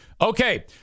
Okay